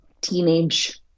teenage